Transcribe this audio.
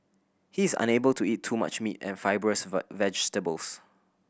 he is unable to eat too much meat and fibrous vegetables